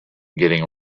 getting